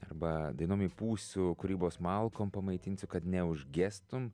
arba dainom įpūsiu kūrybos malkom pamaitinsiu kad neužgestum